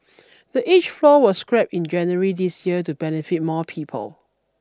the age floor was scrapped in January this year to benefit more people